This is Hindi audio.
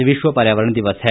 आज विश्व पर्यावरण दिवस है